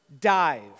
dive